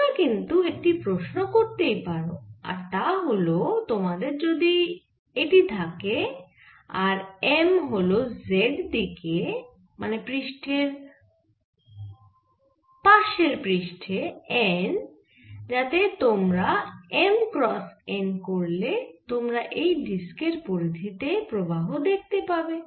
তোমরা কিন্তু একটি প্রশ্ন করতেই পারো আর তা হল তোমাদের যদি এটি থাকে আর M হল z দিকে মানে পাশের পৃষ্ঠে n যাতে তোমরা M ক্রস n করলে তোমরা এই ডিস্কের পরিধি তে প্রবাহ দেখতে পাবে